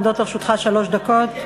עומדות לרשותך שלוש דקות.